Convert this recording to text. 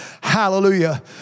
hallelujah